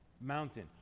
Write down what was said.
mountain